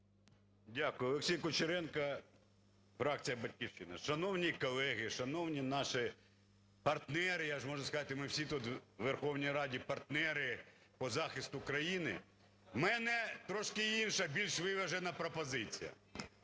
Дякую. Олексій Кучеренко, фракція "Батьківщина". Шановні колеги, шановні наші партнери, я можу сказати, ми тут всі у Верховній Раді партнери по захисту країни. У мене трошки інша, більш виважена пропозиція.